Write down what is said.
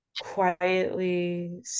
quietly